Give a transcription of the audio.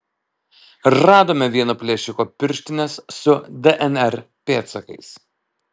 radome vieno plėšiko pirštines su dnr pėdsakais